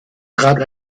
trat